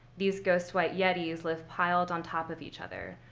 these ghost-white yetis live piled on top of each other,